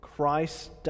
Christ